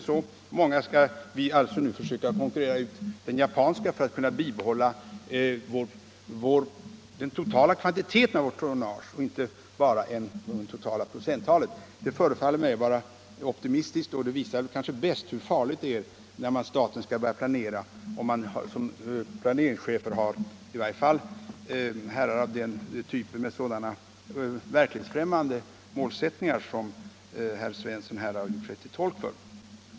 Alltså skall vi nu försöka konkurrera ut den japanska industrin för att kunna behålla den totala kvantiteten av vårt tonnage och inte bara det totala procenttalet. Det förefaller mig vara optimistiskt, och det visar kanske bäst hur farligt det är när staten skall börja planera om man som planeringschefer har herrar med sådana verklighetsfrämmande målsättningar som herr Svensson har gjort sig till tolk för.